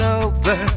over